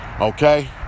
Okay